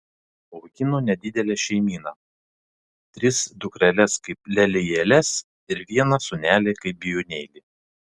augino nedidelę šeimyną tris dukreles kaip lelijėles ir vieną sūnelį kaip bijūnėlį